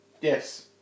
Yes